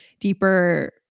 deeper